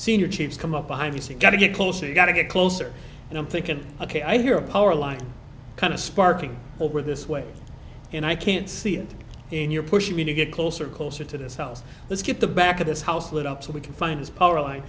senior chiefs come up behind you say got to get closer you got to get closer and i'm thinking ok i hear a power line kind of sparking over this way and i can't see it again you're pushing me to get closer closer to this house let's get the back of this house lit up so we can find his power line